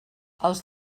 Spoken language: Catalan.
els